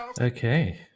Okay